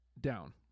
Down